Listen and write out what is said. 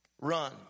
Run